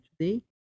today